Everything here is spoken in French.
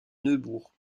neubourg